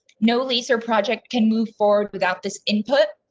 know lease or project can move forward without this input.